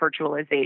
virtualization